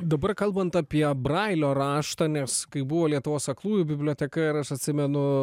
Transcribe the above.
dabar kalbant apie brailio raštą nes kai buvo lietuvos aklųjų biblioteka ir aš atsimenu